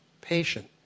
patient